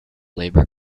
labor